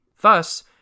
Thus